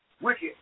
wicked